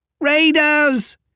Raiders